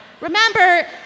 Remember